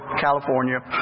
California